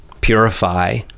purify